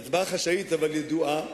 זו הצבעה חשאית אבל ידועה,